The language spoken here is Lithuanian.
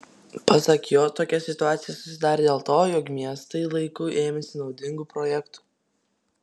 pasak jo tokia situacija susidarė dėl to jog miestai laiku ėmėsi naudingų projektų